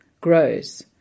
grows